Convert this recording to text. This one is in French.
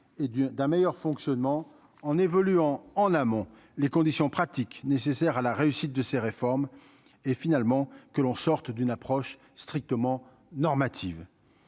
du d'un meilleur fonctionnement en évoluant en amont les conditions pratiques nécessaires à la réussite de ces réformes et finalement que l'on sorte d'une approche strictement normative